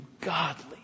godly